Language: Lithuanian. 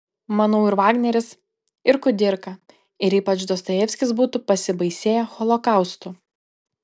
manau ir vagneris ir kudirka ir ypač dostojevskis būtų pasibaisėję holokaustu